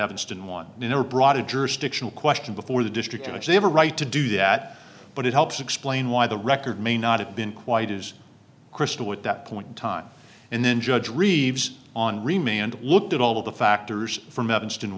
evanston one never brought a jurisdictional question before the district in which they have a right to do that but it helps explain why the record may not have been quite as crystal at that point in time and then judge reeves on remained looked at all the factors from evanston